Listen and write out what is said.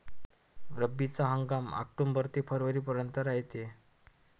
रब्बीचा हंगाम आक्टोबर ते फरवरीपर्यंत रायते